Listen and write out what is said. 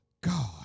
God